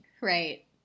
Right